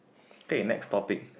K next topic